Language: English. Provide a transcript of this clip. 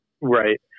Right